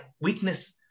Weakness